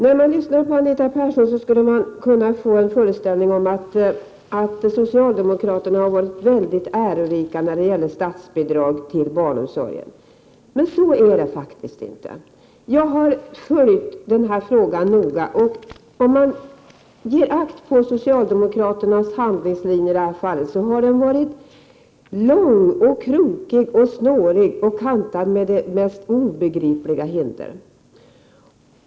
När man lyssnar på Anita Persson skulle man kunna få den föreställningen att socialdemokraterna har varit oerhört ärorika när det gäller statsbidraget till barnomsorgen, men så är det faktiskt inte. Jag har följt frågan noga, och gett akt på socialdemokraternas handlingslinje. Den har varit lång, krokig och snårig och kantad med de mest obegripliga hinder.